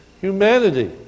humanity